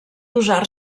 usar